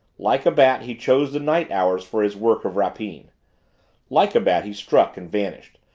like a bat he chose the night hours for his work of rapine like a bat he struck and vanished,